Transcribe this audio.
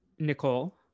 nicole